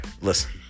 listen